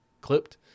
clipped